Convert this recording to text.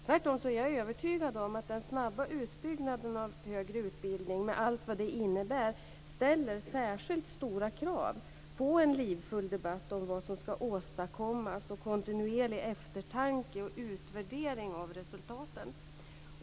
Tvärtom är jag övertygad om att den snabba utbyggnaden av högre utbildning, med allt vad det innebär, ställer särskilt stora krav på en livfull debatt om vad som skall åstadkommas och på kontinuerlig eftertanke och utvärdering av resultaten.